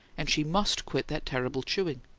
and she must quit that terrible chewing!